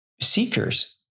seekers